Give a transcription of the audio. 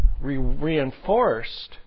reinforced